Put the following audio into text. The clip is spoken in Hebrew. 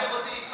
אתם, הצביעו נגד.